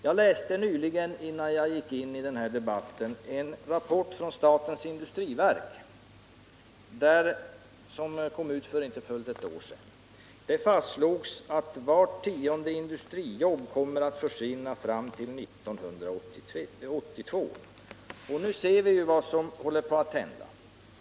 Jag läste nyligen, innan jag gick upp i den här debatten, en rapport från statens industriverk som kom ut för inte fullt ett år sedan, där det fastslogs att vart tionde industrijobb kommer att försvinna fram till år 1982. Nu ser vi vad som håller på att hända.